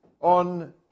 on